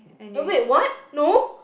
oh wait what no